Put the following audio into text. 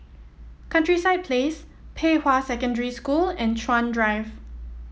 Countryside Place Pei Hwa Secondary School and Chuan Drive